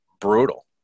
brutal